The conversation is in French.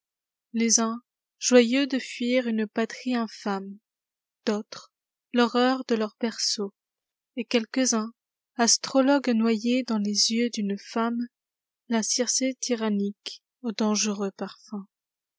les uns joyeux de fuir une patrie infâme d'autres l'horreur de leurs berceaux et quelques-uns astrologues noyés dans les yeux d'une femme la gircé tyrannique aux dangereux parfums